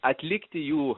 atlikti jų